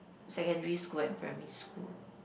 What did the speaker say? secondary school and primary school